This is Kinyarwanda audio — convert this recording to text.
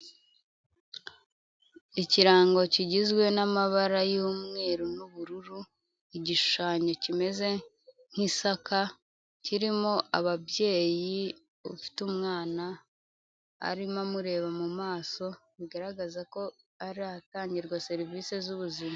Ikirango kigizwe n'amabara y'umweru n'ubururu, igishushanyo kimeze nk'isaka, kirimo ababyeyi, ufite umwana, arimo amureba mu maso, bigaragaza ko ari ahatangirwa serivisi z'ubuzima.